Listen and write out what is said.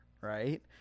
right